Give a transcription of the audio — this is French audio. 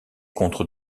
contre